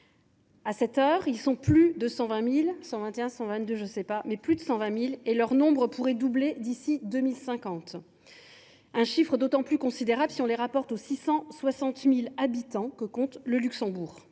si c’est 121 000 ou 122 000 –, et leur nombre pourrait doubler d’ici à 2050, un chiffre d’autant plus considérable si on le rapporte aux 660 000 habitants que compte le Luxembourg.